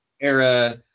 era